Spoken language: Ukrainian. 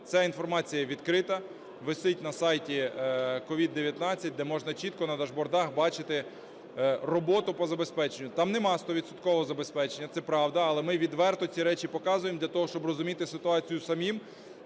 Ця інформація відкрита, висить на сайті COVID-19, де можна чітко на дашбордах бачити роботу по забезпеченню. Там немає стовідсоткового забезпечення, це правда. Але ми відверто ці речі показуємо для того, щоб розуміти ситуацію самим